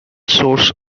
source